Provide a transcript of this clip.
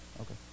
okay